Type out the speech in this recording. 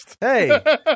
Hey